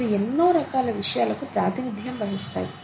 ఇవి ఎన్నో రకాల విషయాలకు ప్రాతినిధ్యం వహిస్తాయి